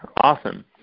awesome